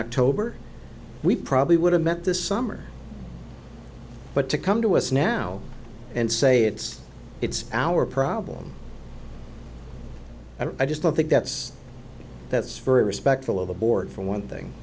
october we probably would have met this summer but to come to us now and say it's it's our problem i just don't think that's that's very respectful of the board for one thing